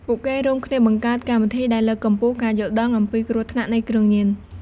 ពួកគេរួមគ្នាបង្កើតកម្មវិធីដែលលើកកម្ពស់ការយល់ដឹង អំពីគ្រោះថ្នាក់នៃគ្រឿងញៀន។